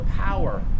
power